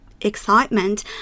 excitement